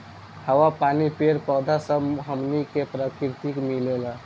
हवा, पानी, पेड़ पौधा सब हमनी के प्रकृति से मिलेला